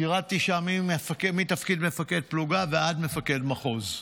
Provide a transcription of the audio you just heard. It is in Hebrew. שירתי שם מתפקיד מפקד פלוגה ועד מפקד מחוז.